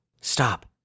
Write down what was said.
stop